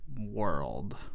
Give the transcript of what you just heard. world